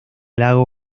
lago